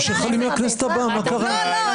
ממשלת חילופים היה גם ההסדרה המידית שלו,